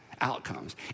outcomes